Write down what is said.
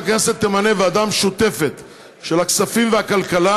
ועדת הכנסת תמנה ועדה משותפת של כספים וכלכלה,